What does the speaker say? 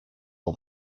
all